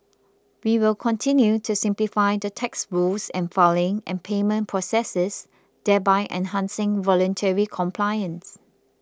we will continue to simplify the tax rules and filing and payment processes thereby enhancing voluntary compliance